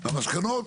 המסקנות,